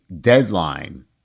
deadline